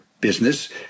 business